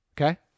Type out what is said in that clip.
Okay